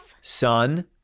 Son